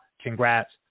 congrats